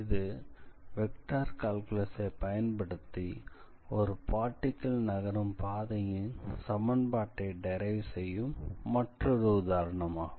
இது வெக்டார் கால்குலஸை பயன்படுத்தி ஒரு பார்ட்டிகிள் நகரும் பாதையின் சமன்பாட்டை டிரைவ் செய்யும் மற்றொரு உதாரணமாகும்